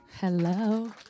Hello